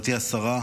לארץ ישראל